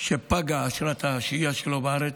שפגה אשרת השהייה שלו בארץ,